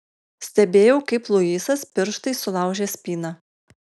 stebėjau kaip luisas pirštais sulaužė spyną